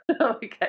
okay